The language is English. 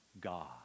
God